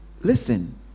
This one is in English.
listen